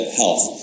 health